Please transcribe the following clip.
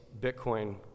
Bitcoin